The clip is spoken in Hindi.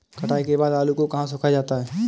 कटाई के बाद आलू को कहाँ सुखाया जाता है?